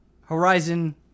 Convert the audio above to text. Horizon